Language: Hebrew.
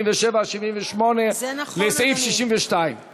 77 ו-78 לסעיף 62. זה נכון,